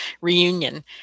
Reunion